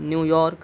New York